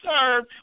serve